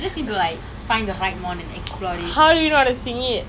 oh ya I've always wanted to go karaoke but